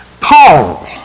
Paul